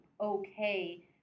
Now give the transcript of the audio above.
okay